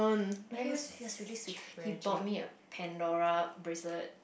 like he was he was really sweet he bought me a Pandora bracelet